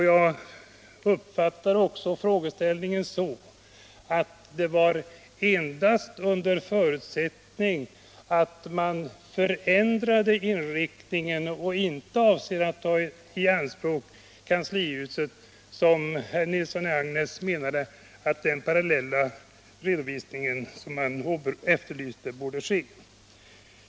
Jag uppfattar också frågeställningen så att det var endast under förutsättning att man förändrade inriktningen och inte avsåg att ta i anspråk Kanslihuset som herr Nilsson i Agnäs menade att den parallella redovisning som han efterlyste borde ske.